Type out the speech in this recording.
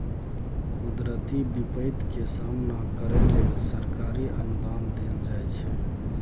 कुदरती बिपैत के सामना करइ लेल सरकारी अनुदान देल जाइ छइ